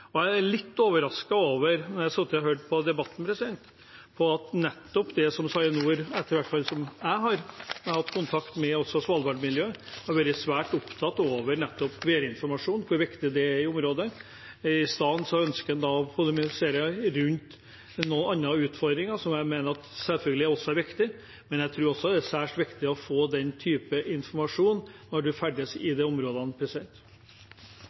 Når jeg har sittet og hørt på debatten, er jeg litt overrasket over at man ikke er opptatt av det som SARiNOR – og det miljøet som i hvert fall jeg har hatt kontakt med, altså svalbardmiljøet – har vært svært opptatt av, nettopp hvor viktig værinformasjon er i området. I stedet ønsker man å polemisere rundt noen andre utfordringer, som jeg mener selvfølgelig også er viktig, men jeg tror også det er særs viktig å få slik informasjon når en ferdes i disse områdene.